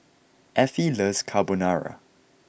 Affie loves Carbonara